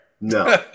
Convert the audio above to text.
No